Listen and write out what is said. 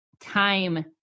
time